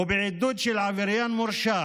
ובעידוד של עבריין מורשע